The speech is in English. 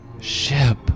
Ship